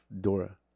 Dora